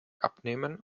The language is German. abnehmen